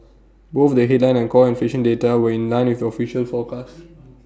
both the headline and core inflation data were in line with the official forecast